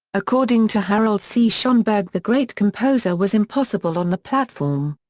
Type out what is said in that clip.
according to harold c. schonberg the great composer was impossible on the platform.